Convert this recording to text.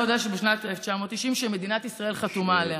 שמדינת ישראל חתומה עליה.